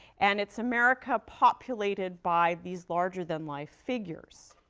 and it's america populated by these larger-than-life figures.